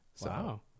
Wow